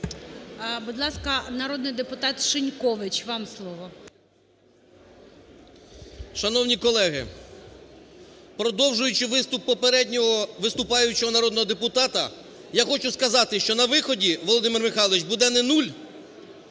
Будь ласка, народний депутат Шинькович, вам слово. 11:13:46 ШИНЬКОВИЧ А.В. Шановні колеги! Продовжуючи виступ попереднього виступаючого народного депутата, я хочу сказати, що на виході, Володимир Михайлович, буде не нуль,